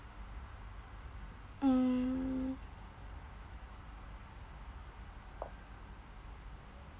um